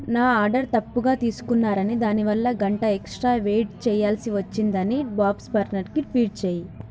నా ఆర్డర్ తప్పుగా తీసుకున్నారని దాని వల్ల గంట ఎక్సట్రా వెయిట్ చెయ్యాల్సి వచ్చిందని బాబ్స్ బర్నర్కి ట్వీట్ చెయ్యి